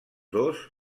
dos